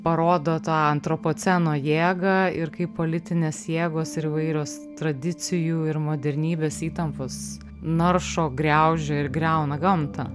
parodo to antropoceno jėgą ir kaip politinės jėgos ir įvairios tradicijų ir modernybės įtampos naršo griaužia ir griauna gamtą